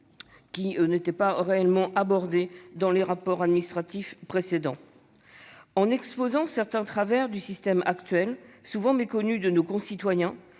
qui n'étaient pas réellement traités dans les précédents rapports administratifs. En exposant certains travers du système actuel, souvent méconnus de nos concitoyens,